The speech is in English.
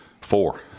four